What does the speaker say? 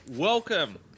Welcome